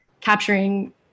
capturing